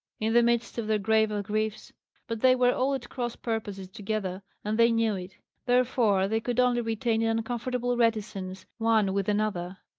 in the midst of their graver griefs but they were all at cross purposes together, and they knew it therefore they could only retain an uncomfortable reticence one with another.